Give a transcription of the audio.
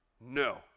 No